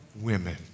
women